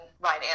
right